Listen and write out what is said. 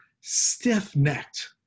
stiff-necked